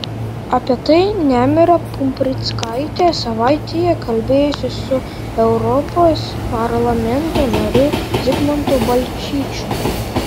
apie tai nemira pumprickaitė savaitėje kalbėjosi su europos parlamento nariu zigmantu balčyčiu